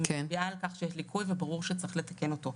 היא מצביעה על כך שיש ליקוי וברור שצריך לתקן אותו.